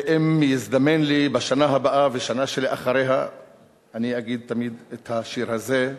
ואם יזדמן לי בשנה הבאה ובשנה שלאחריה אני אגיד תמיד את השיר הזה.